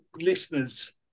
listeners